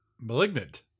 Malignant